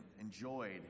enjoyed